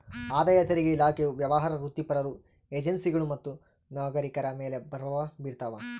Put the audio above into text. ಆದಾಯ ತೆರಿಗೆ ಇಲಾಖೆಯು ವ್ಯವಹಾರ ವೃತ್ತಿಪರರು ಎನ್ಜಿಒಗಳು ಮತ್ತು ನಾಗರಿಕರ ಮೇಲೆ ಪ್ರಭಾವ ಬೀರ್ತಾವ